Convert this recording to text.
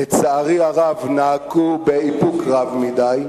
לצערי הרב, נהגו באיפוק רב מדי,